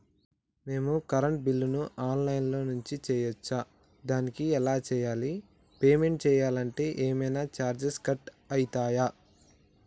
మేము కరెంటు బిల్లును online నుంచి చేయచ్చా? దానికి ఎలా చేయాలి? పేమెంట్ చేయాలంటే ఏమైనా చార్జెస్ కట్ అయితయా?